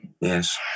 Yes